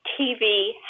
TV